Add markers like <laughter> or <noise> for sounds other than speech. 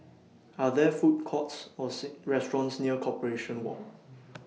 Are There Food Courts Or <unintelligible> restaurants near Corporation Walk